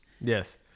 yes